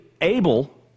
able